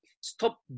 Stop